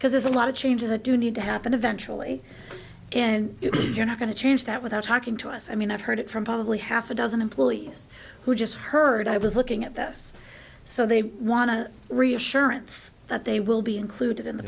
because there's a lot of changes at you need to happen eventually and you're not going to change that without talking to us i mean i've heard from probably half a dozen employees who just heard i was looking at this so they want to reassurance that they will be included in the